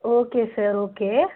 okay sir okay